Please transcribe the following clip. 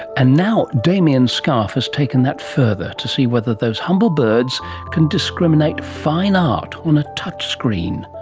and now damian scarf has taken that further to see whether those humble birds can discriminate fine art on a touchscreen.